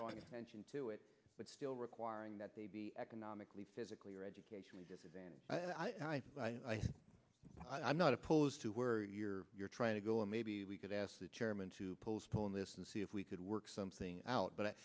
drawing attention to it but still requiring that they be economically physically or educationally disadvantaged i'm not opposed to where you're you're trying to go and maybe we could ask the chairman to postpone this and see if we could work something out but